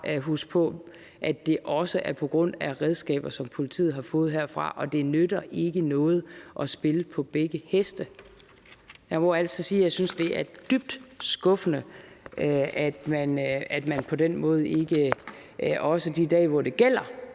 skal huske på, at det også er på grund af redskaber, som politiet har fået herfra, og det nytter ikke noget at spille på begge heste. Jeg må altså sige, at jeg synes, det er dybt skuffende, at man på den måde ikke står ved det – også de dage, hvor det gælder,